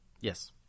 Yes